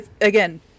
again